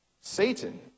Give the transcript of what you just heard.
Satan